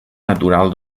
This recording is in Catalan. natural